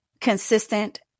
consistent